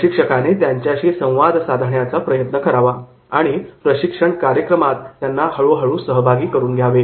प्रशिक्षकाने त्यांच्याशी संवाद साधण्याचा प्रयत्न करावा आणि प्रशिक्षण कार्यक्रमात त्यांना हळूहळू सहभागी करून घ्यावे